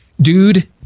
Dude